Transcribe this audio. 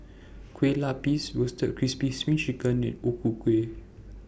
Kueh Lupis Roasted Crispy SPRING Chicken and O Ku Kueh